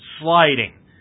sliding